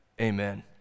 amen